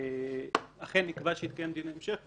אכן נקבע שיתקיים דיון המשך,